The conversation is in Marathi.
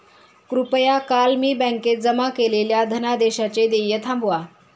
कृपया काल मी बँकेत जमा केलेल्या धनादेशाचे देय थांबवा